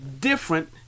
different